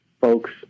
folks